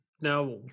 Now